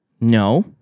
No